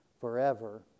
forever